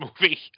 movie